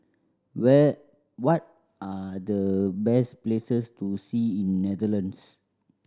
where what are the best places to see in Netherlands